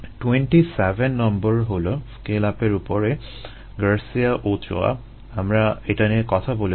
27 নম্বর হলো স্কেল আপের উপরে গার্সিয়া ওচোয়া আমরা এটা নিয়ে কথা বলেছি